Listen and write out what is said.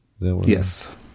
Yes